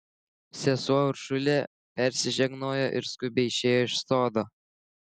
sesuo uršulė persižegnojo ir skubiai išėjo iš sodo